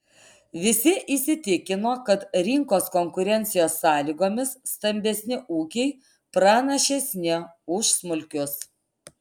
visi įsitikino kad rinkos konkurencijos sąlygomis stambesni ūkiai pranašesni už smulkius